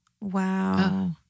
Wow